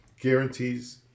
Guarantees